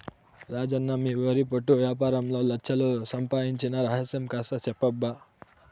రాజన్న మీ వరి పొట్టు యాపారంలో లచ్ఛలు సంపాయించిన రహస్యం కాస్త చెప్పబ్బా